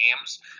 games